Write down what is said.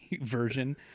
version